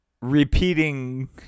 repeating